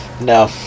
No